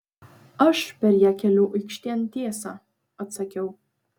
aš per ją keliu aikštėn tiesą atsakiau